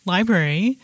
Library